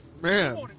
Man